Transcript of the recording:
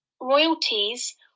Royalties